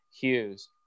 Hughes